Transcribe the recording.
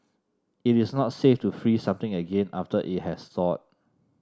it is not safe to freeze something again after it has thawed